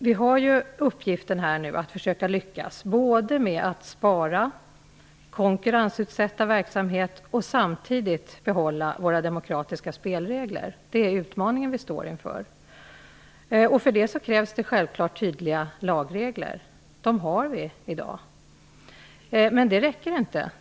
Vi har nu uppgiften att lyckas med att spara och att konkurrensutsätta verksamhet samtidigt som vi skall behålla våra demokratiska spelregler. Det är den utmaningen vi står inför. Då krävs det självfallet tydliga lagregler, och det har vi i dag. Men det räcker inte.